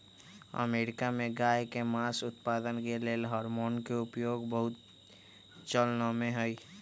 America में गायके मास उत्पादन के लेल हार्मोन के उपयोग बहुत चलनमें हइ